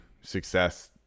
success